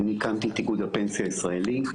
אני הקמתי את איגוד הפנסיה הישראלי,